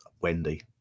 Wendy